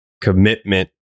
commitment